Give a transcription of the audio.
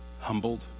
Humbled